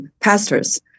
pastors